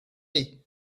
ahí